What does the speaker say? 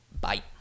bye